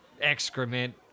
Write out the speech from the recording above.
Excrement